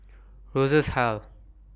Rosas Hall